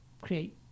create